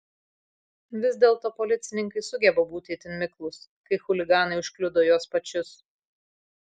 vis dėlto policininkai sugeba būti itin miklūs kai chuliganai užkliudo juos pačius